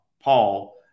Paul